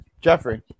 Jeffrey